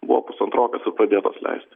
buvo pusantrokas ir pradėtas leisti